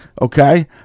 Okay